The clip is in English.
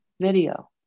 video